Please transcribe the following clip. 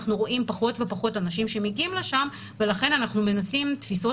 אנחנו רואים פחות ופחות אנשים שמגיעים לשם ולכן אנחנו מנסים תפיסות